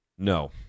No